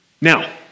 Now